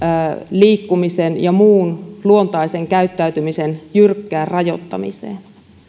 liikkumisen ja muun luontaisen käyttäytymisen jyrkkään rajoittamiseen